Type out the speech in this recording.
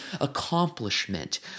accomplishment